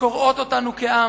שקורעות אותנו כעם,